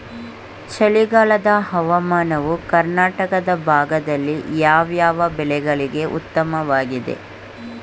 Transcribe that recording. ಚಳಿಗಾಲದ ಹವಾಮಾನವು ಕರ್ನಾಟಕದ ಭಾಗದಲ್ಲಿ ಯಾವ್ಯಾವ ಬೆಳೆಗಳಿಗೆ ಉತ್ತಮವಾಗಿದೆ?